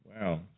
Wow